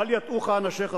בל יטעוך אנשיך,